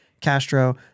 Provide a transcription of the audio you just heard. Castro